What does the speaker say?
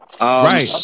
Right